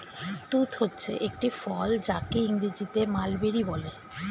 তুঁত হচ্ছে একটি ফল যাকে ইংরেজিতে মালবেরি বলে